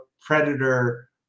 Predator